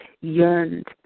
yearned